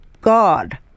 God